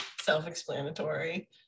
self-explanatory